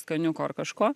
skaniuko ar kažko